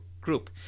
group